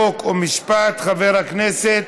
חוק ומשפט חבר הכנסת